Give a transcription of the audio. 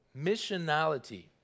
Missionality